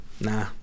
nah